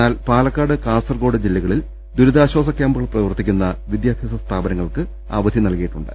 എന്നാൽ പാലക്കാട് കാസർകോട് ജില്ല കളിൽ ദുരിതാശ്ചാസ കൃാംപുകൾ പ്രവർത്തിക്കുന്ന വിദ്യാഭ്യാസ സ്ഥാപനങ്ങൾക്ക് അവധി നൽകിയിട്ടുണ്ട്